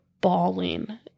bawling